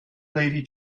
lady